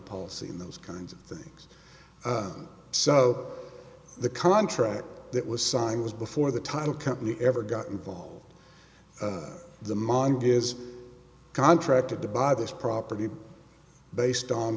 policy in those kinds of things so the contract that was signed was before the title company ever got involved the mind is contracted to buy this property based on